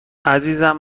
عزیزم